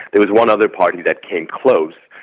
there was one other party that came close,